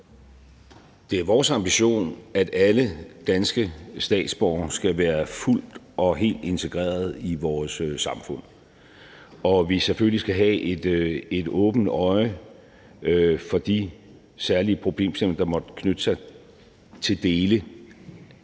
Det er vores ambition, at alle danske statsborgere skal være fuldt og helt integreret i vores samfund, og at vi selvfølgelig skal have et åbent øje for de særlige problemstillinger, der måtte knytte sig til dele.